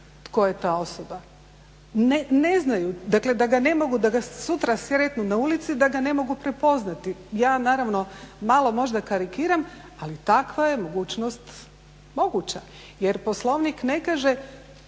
tko je ta osoba, ne znaju, dakle da ga sutra sretnu na ulici da ga ne mogu prepoznati. Ja naravno malo možda karikiram, ali takva je mogućnost moguća jer Poslovnik ne kaže